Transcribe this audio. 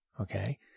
okay